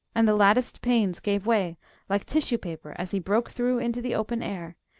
and the latticed panes gave way like tissue paper as he broke through into the open air,